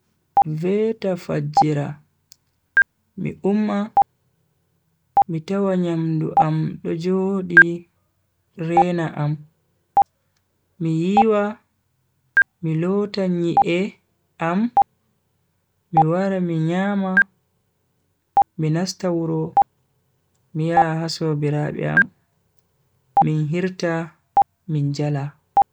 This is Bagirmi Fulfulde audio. Veta fajjira mi umma mi tawa nyamdu am do jodi rena am, mi yiwa mi lota nyi'e am mi wara mi nyama mi nasta wuro mi yaha ha sobiraabe am min hirta min jala.